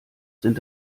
sind